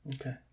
Okay